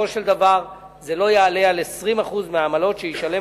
ובסופו של דבר זה לא יעלה על 20% מהעמלות שישלם